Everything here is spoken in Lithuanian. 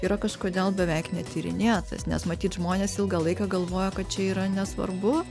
yra kažkodėl beveik netyrinėtas nes matyt žmonės ilgą laiką galvojo kad čia yra nesvarbu